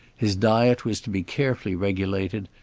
his diet was to be carefully regulated,